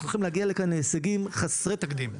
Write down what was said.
אנחנו נגיע כאן להישגים חסרי תקדים.